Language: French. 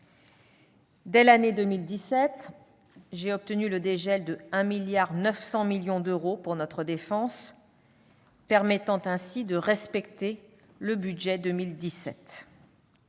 Dès l'année 2017, j'ai obtenu le dégel de 1,9 milliard d'euros pour notre défense, permettant ainsi de respecter le budget 2017.